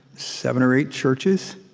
seven or eight churches.